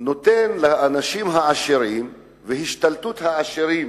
נותן לאנשים העשירים, והשתלטות העשירים